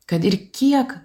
kad ir kiek